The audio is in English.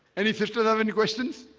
and if sisters have any questions